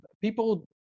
People